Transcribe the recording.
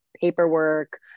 paperwork